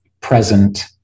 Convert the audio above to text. present